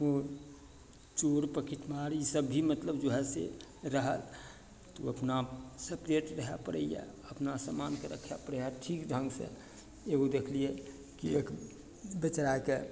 कोइ चोर पाकेटमारी ई सब भी मतलब जे हइ से रहल तऽ अपना सेपरेट रहए पड़इए अपना सामानके राखय पड़य हइ ठीक ढङ्गसँ एगो देखली की एक बेचाराके